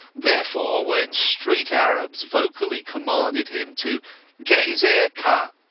therefore, when street arabs vocally commanded him to get his hair cut,